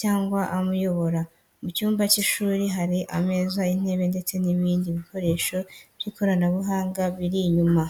cyangwa amuyobora. Mu cyumba cy’ishuri, hari ameza, intebe, ndetse n’ibindi bikoresho by’ikoranabuhanga biri inyuma.